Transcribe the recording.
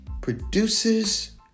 produces